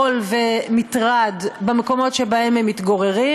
עול ומטרד במקומות שבהם הם מתגוררים,